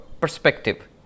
perspective